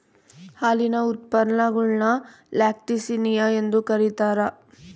ಹಾಲಿನ ಉತ್ಪನ್ನಗುಳ್ನ ಲ್ಯಾಕ್ಟಿಸಿನಿಯ ಎಂದು ಕರೀತಾರ